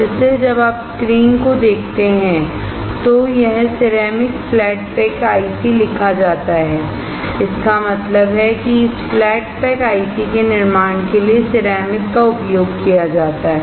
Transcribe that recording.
इसलिए जब आप स्क्रीन को देखते हैं तो यह सिरेमिक फ्लैट पैक IC लिखा जाता है इसका मतलब है कि इस फ्लैट पैक आईसी के निर्माण के लिए सिरेमिक का उपयोग किया जाता है